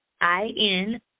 I-N